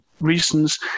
reasons